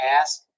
ask